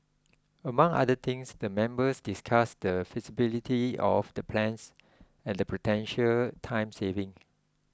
among other things the members discussed the feasibility of the plans and the potential time savings